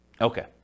Okay